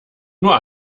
nur